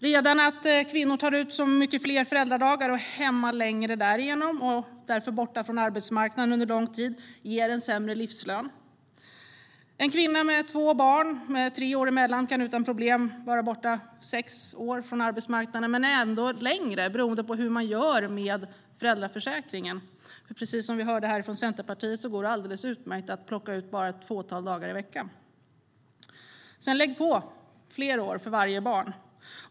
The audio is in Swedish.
Redan detta att kvinnor tar ut så många fler föräldradagar och är hemma längre och därför är borta från arbetsmarknaden under lång tid ger en sämre livslön. En kvinna med två barn med tre år emellan kan utan problem vara borta sex år från arbetsmarknaden, men det kan bli ännu längre beroende på hur föräldrarna delar upp föräldraförsäkringen. Precis som vi hörde från Centerpartiets sida går det alldeles utmärkt att plocka ut ett fåtal dagar i veckan. Lägg på fler år för varje barn.